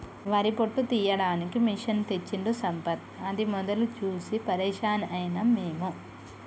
వరి పొట్టు తీయడానికి మెషిన్ తెచ్చిండు సంపత్ అది మొదలు చూసి పరేషాన్ అయినం మేము